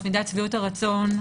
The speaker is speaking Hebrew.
מידת שביעות הרצון,